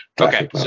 okay